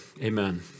Amen